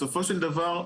בסופו של דבר,